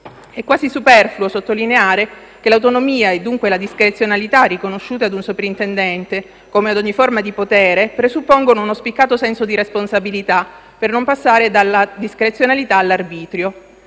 È quasi superfluo sottolineare che l'autonomia e dunque la discrezionalità riconosciute ad un soprintendente, come ogni forma di potere, presuppongono uno spiccato senso di responsabilità, per non passare dalla discrezionalità all'arbitrio.